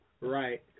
Right